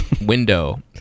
window